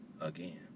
again